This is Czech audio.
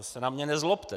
To se na mě nezlobte.